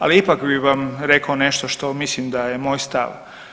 Ali ipak bi vam rekao nešto što mislim da je moj stav.